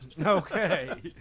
Okay